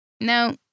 No